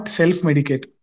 self-medicate